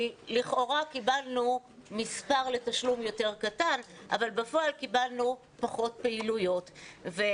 לכאורה קיבלנו סכום לתשלום יותר קטן אבל בפועל קיבלנו פחות פעילויות.